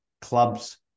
clubs